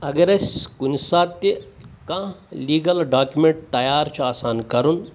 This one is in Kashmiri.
اگر أسۍ کُنہِ ساتہٕ تہِ کانٛہہ لیٖگَل ڈاکِمٮ۪نٛٹ تَیار چھُ آسان کَرُن